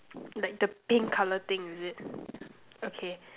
like the pink color thing is it okay